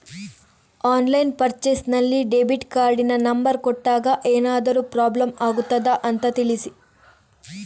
Online purchase ನಲ್ಲಿ debit ಕಾರ್ಡಿನ number ಕೊಟ್ಟಾಗ ಏನಾದರೂ ಪ್ರಾಬ್ಲಮ್ ಆಗುತ್ತದ ಅಂತ ತಿಳಿಸಿ?